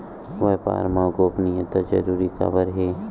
व्यापार मा गोपनीयता जरूरी काबर हे?